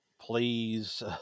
please